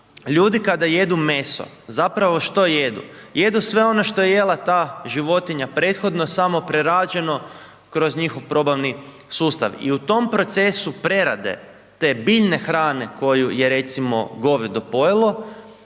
Ljudi kada jedu meso, zapravo što jedu? Jedu sve ono što je jela ta životinja prethodno samo prerađeno kroz njihov probavni sustav i u tom procesu prerade te biljne hrane koju je recimo govedo pojelo